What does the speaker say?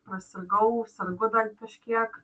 prasirgau sergu dar kažkiek